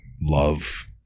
love